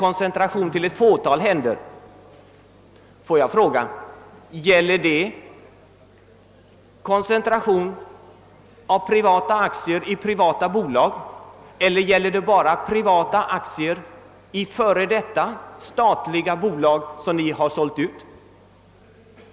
Får jag då fråga: Gäller det koncentration av aktier i privata bolag, eller gäller det bara i före detta statliga bolag som ni har sålt ut?